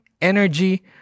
energy